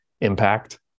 impact